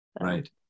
Right